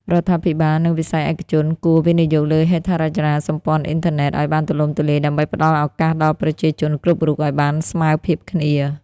រដ្ឋាភិបាល និងវិស័យឯកជនគួរ វិនិយោគលើហេដ្ឋារចនាសម្ព័ន្ធអ៊ីនធឺណិត ឱ្យបានទូលំទូលាយដើម្បីផ្តល់ឱកាសដល់ប្រជាជនគ្រប់រូបឱ្យបានស្មើភាពគ្នា។